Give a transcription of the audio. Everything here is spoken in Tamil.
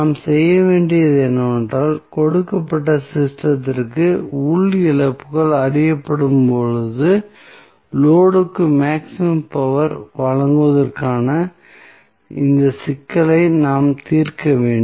நாம் செய்ய வேண்டியது என்னவென்றால் கொடுக்கப்பட்ட சிஸ்டத்திற்கு உள் இழப்புகள் அறியப்படும் போது லோடு க்கு மேக்ஸிமம் பவர் ஐ வழங்குவதற்கான இந்த சிக்கலை நாம் தீர்க்க வேண்டும்